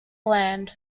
land